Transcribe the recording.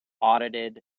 audited